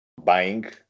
buying